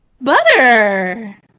Butter